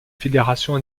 fédérations